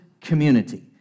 community